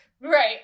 Right